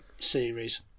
series